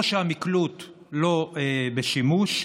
או שהמקלוט לא בשימוש,